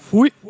Fui